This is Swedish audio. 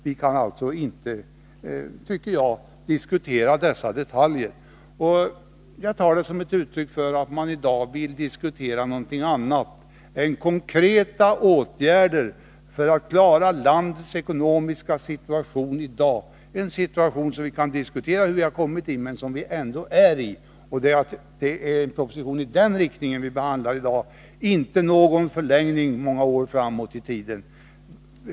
Vi kan alltså inte, tycker jag, diskutera det. Jag tar det som ett uttryck för att man i dag vill diskutera någonting annat än konkreta åtgärder för att klara landets ekonomiska situation i dag. Vi kan diskutera hur vi har hamnat i den här situationen, men det är ändå ett faktum att vi är där. Det är en proposition om det vi behandlar i dag - inte någon förlängning många år framåt i tiden.